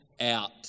out